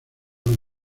una